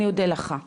אני אודה לך.